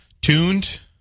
tuned